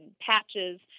patches